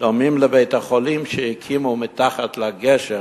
דומות לבית-החולים שהקימו מתחת לגשר